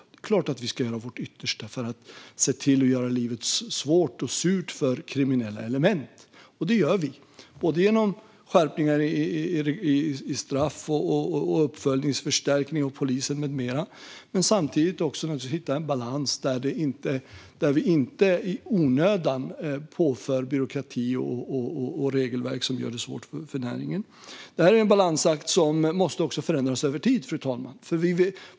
Det är klart att vi ska göra vårt yttersta för att göra livet svårt och surt för kriminella element. Det gör vi med hjälp av skärpta straff, uppföljningsförstärkning av polisen med mera, och samtidigt ska vi hitta en balans där vi inte i onödan påför byråkrati och regelverk som gör det svårt för näringen. Det här är en balansakt som också måste förändras över tid, fru talman.